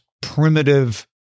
primitive